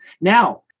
Now